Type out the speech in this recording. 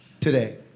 today